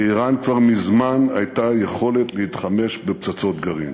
לאיראן כבר מזמן הייתה יכולת להתחמש בפצצות גרעין.